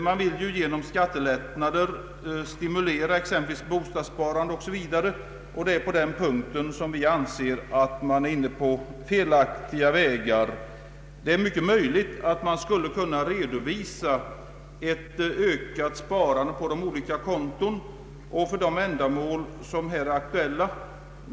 Man vill ju genom skattelättnader stimulera exempelvis bostadssparande, och det är på den punkten som vi anser att man är inne på felaktiga vägar. Det är mycket möjligt att man skulle kunna redovisa ett ökat sparande på de konton och för de ändamål som här är aktuella.